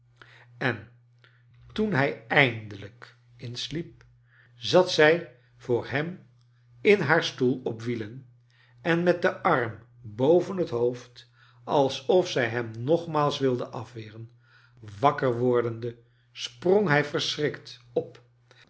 en toen hij eindelijk insliep zat zij voor hem in haar stoel op wielen en met den arm boven het hoofd alsof zij hem nogmaals wilde afweren wakker wordende sprong hij verschrikt op